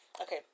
Okay